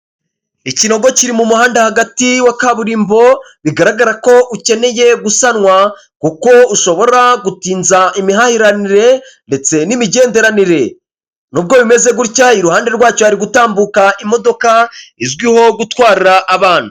Ikinogo kiri mu muhanda hagati wa kaburimbo bigaragara ko ukeneye gusanwa kuko ushobora gutinza imihahiranire ndetse n'imigenderanire, nubwo bimeze gutya iruhande rwacyo hari gutambuka imodoka izwiho gutwara abana.